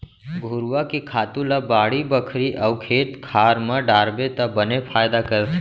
घुरूवा के खातू ल बाड़ी बखरी अउ खेत खार म डारबे त बने फायदा करथे